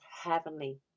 heavenly